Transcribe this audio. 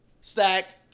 stacked